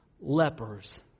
lepers